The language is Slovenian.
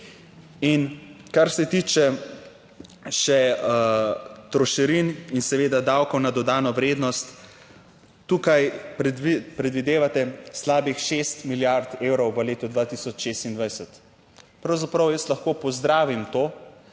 In kar se tiče še trošarin in seveda davka na dodano vrednost. Tukaj predvidevate slabih šest milijard evrov v letu 2026. Pravzaprav jaz lahko pozdravim to,